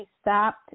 stopped